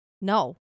no